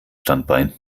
standbein